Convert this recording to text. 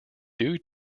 due